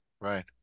Right